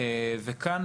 כאן,